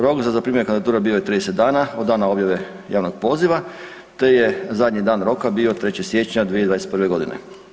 Rok za zaprimanje kandidatura bio je 30 dana od dana objave javnog poziva te je zadnji dan roka bio 3. siječnja 2021. godine.